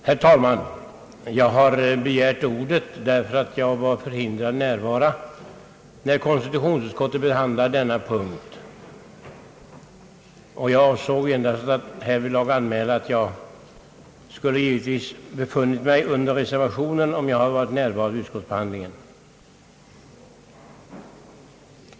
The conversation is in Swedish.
Herr talman! Jag har begärt ordet därför att jag var förhindrad att närvara när konstitutionsutskottet behandlade denna punkt. Mitt namn skulle givetvis ha befunnit sig under reservationen om jag varit närvarande vid utskottsbehandlingen.